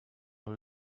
dans